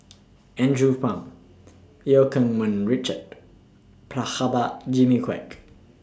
Andrew Phang EU Keng Mun Richard Prabhakara Jimmy Quek